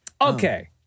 Okay